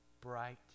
bright